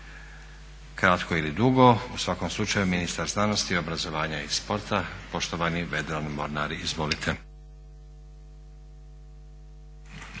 Kratko ili dugo, u svakom slučaju ministar znanosti, obrazovanja i sporta poštovani Vedran Mornar. Izvolite.